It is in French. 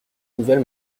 nouvelle